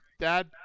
dad